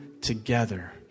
together